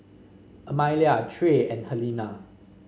Amalia Trey and Helena